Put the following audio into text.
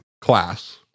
Class